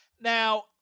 Now